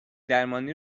درمانی